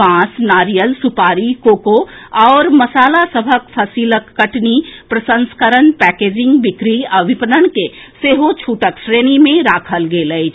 बांस नारियल सुपारी कोको आओर मसाला सभक फसिलक कटनी प्रसंस्करण पैकेजिंग बिक्री आ विपणन के सेहो छूटक श्रेणी मे राखल गेल अछि